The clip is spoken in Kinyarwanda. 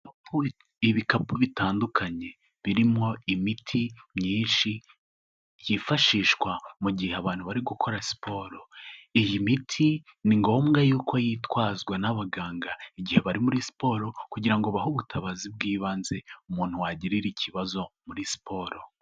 Ibikapu bitandukanye birimo imiti myinshi, yifashishwa mu gihe abantu bari gukora siporo. Iyi miti ni ngombwa yuko yitwazwa n'abaganga, igihe bari muri siporo kugira ngo bahe ubutabazi bw'ibanze umuntu wagirira ikibazo muri siporo.